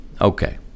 Okay